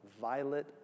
violet